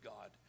God